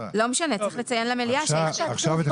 מה שעצוב,